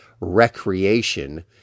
recreation